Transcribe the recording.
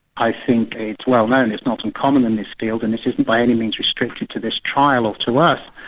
i think it's well known, it's not uncommon in this field and it isn't by any means restricted to this trial or to us,